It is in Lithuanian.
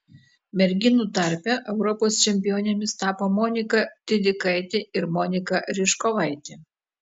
merginų tarpe europos čempionėmis tapo monika tydikaitė ir monika ryžkovaitė